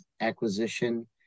acquisition